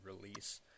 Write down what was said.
release